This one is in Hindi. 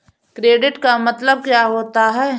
क्रेडिट का मतलब क्या होता है?